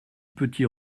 petit